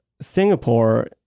Singapore